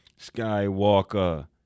Skywalker